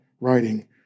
writing